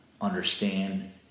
understand